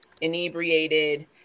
inebriated